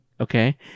okay